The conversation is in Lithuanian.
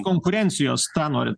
konkurencijos tą norit